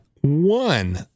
one